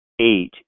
eight